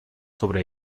sobre